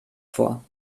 vor